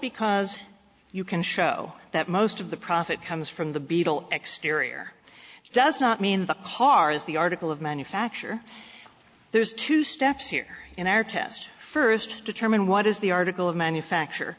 because you can show that most of the profit comes from the beetle exterior does not mean the car is the article of manufacture there's two steps here in our test first determine what is the article of manufacture